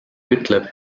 ütleb